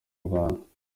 rwanda